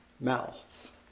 mouth